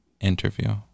interview